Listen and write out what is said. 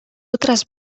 otras